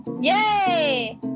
Yay